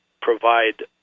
provide